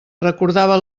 recordava